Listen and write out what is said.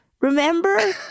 Remember